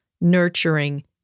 nurturing